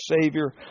Savior